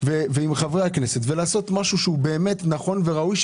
ועם חברי הכנסת ולעשות משהו שהוא באמת נכון וראוי,